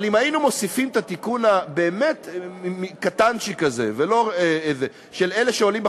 אבל אם היינו מוסיפים את התיקון הבאמת קטנצ'יק הזה של אלה שעולים,